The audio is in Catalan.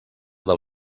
del